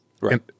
right